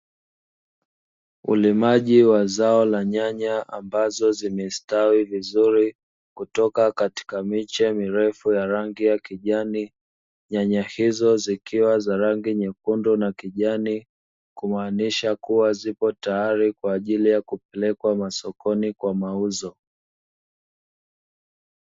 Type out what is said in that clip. Ulimaji wa zao la nyanya ambazo zimestawi vizuri kutoka katika miche mirefu ya rangi ya kijani, nyanya hizo zikiwa za rangi nyekundu na kijani kumaanisha kuwa zipo tayari kwa ajili ya kupelekwa masokoni kwa mauzo.